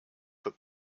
that